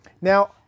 Now